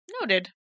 Noted